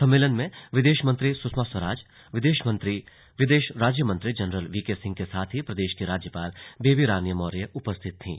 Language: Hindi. सम्मेलन में विदेश मंत्री स्षमा स्वराज विदेश राज्य मंत्री जनरल वीके सिंह के साथ ही प्रदेश की राज्यपाल बेबी रानी मौर्य उपस्थित थीं